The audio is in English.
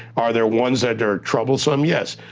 are there ones that are troublesome? yes,